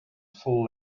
full